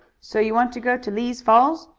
so you want to go to lee's falls?